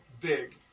big